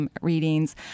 readings